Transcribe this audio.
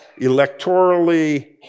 electorally